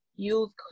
Use